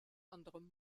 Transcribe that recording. anderem